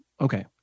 okay